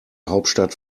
hauptstadt